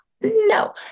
no